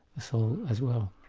the soul as well.